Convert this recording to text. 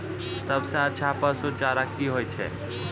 सबसे अच्छा पसु चारा की होय छै?